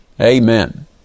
Amen